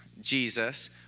Jesus